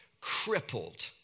crippled